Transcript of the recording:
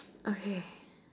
okay